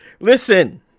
Listen